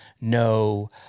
no